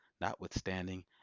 notwithstanding